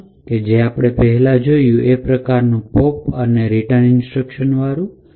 પ્રથમ કે જે આપણે પહેલાં જોયું એ પ્રકારનું પોપ અને રિટર્ન ઇન્સ્ટ્રક્શન વાળું છે